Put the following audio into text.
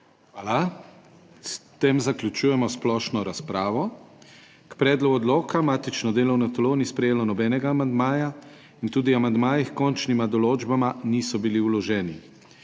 Hvala. S tem zaključujem splošno razpravo. K predlogu odloka matično delovno telo ni sprejelo nobenega amandmaja in tudi amandmaji h končnima določbama niso bili vloženi.